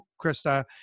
Krista